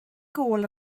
gôl